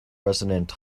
resonant